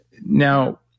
Now